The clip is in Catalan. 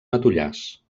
matollars